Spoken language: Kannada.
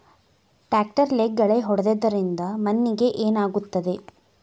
ಟ್ರಾಕ್ಟರ್ಲೆ ಗಳೆ ಹೊಡೆದಿದ್ದರಿಂದ ಮಣ್ಣಿಗೆ ಏನಾಗುತ್ತದೆ?